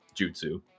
jutsu